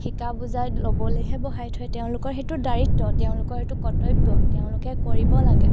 শিকাই বুজাই ল'বলেহে বঢ়াই থয় তেওঁলোকৰ সেইটো দায়িত্ব তেওঁলোকৰ সেইটো কৰ্তব্য তেওঁলোকে কৰিব লাগে